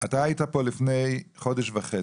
היית פה לפני חודש וחצי,